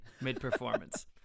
mid-performance